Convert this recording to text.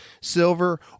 silver